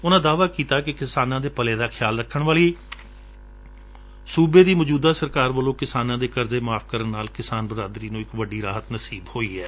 ਉਨਾਂ ਦਾਅਵਾ ਕੀਤਾ ਕਿ ਕਿਸਾਨਾਂ ਦੇ ਭਲੇ ਦਾ ਖਿਆਲ ਰੱਖਣ ਵਾਲੀ ਸੁਬੇ ਦੀ ਮੌਜੁਦਾ ਸਰਕਾਰ ਵੱਲੋਂ ਕਿਸਾਨਾਂ ਦੇ ਕਰਜ਼ੇ ਮੁਆਫ ਕਰਨ ਨਾਲ ਕਿਸਾਨ ਬਰਾਦਰੀ ਨੂੰ ਇਕ ਵੱਡੀ ਰਾਹਤ ਮਿਲੀ ਏ